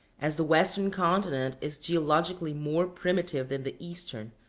as the western continent is geologically more primitive than the eastern,